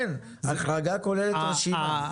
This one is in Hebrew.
ההחרגה כוללת רשימה.